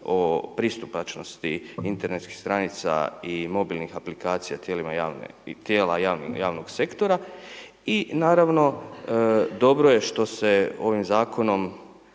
o pristupačnosti internetskih stranica i mobilnih aplikacija tijela javnog sektora i naravno, dobro je što se ovim zakonom